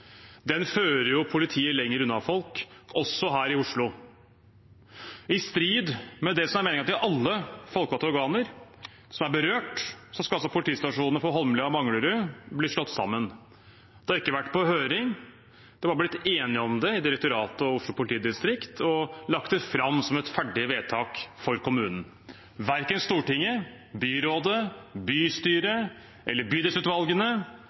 fører politiet lenger unna folk, også her i Oslo. I strid med det som er meningen til alle folkevalgte organer som er berørt, skal politistasjonene på Holmlia og Manglerud bli slått sammen. Det har ikke vært på høring, de var blitt enige om det i direktoratet og Oslo politidistrikt og la det fram som et ferdig vedtak for kommunen. Verken Stortinget, byrådet, bystyret eller bydelsutvalgene